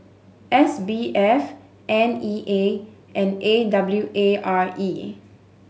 S B F N E A and A W A R E